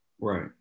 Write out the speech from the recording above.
Right